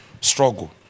struggle